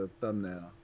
thumbnail